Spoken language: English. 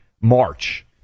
March